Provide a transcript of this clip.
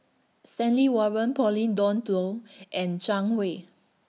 Stanley Warren Pauline Dawn Loh and Zhang Hui